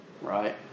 right